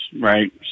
right